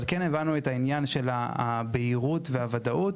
אבל כן הבנו את העניין של הבהירות והוודאות.